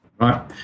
Right